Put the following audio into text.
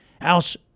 House